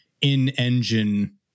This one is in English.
in-engine